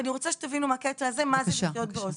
ואני רוצה שתבינו מהקטע הזה מה זה לחיות בהוסטל.